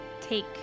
take